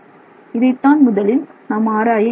இதைத்தான் முதலில் நாம் ஆராய இருக்கிறோம்